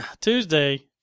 Tuesday